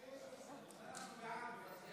אנחנו בעד.